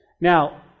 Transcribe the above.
Now